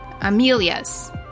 Amelia's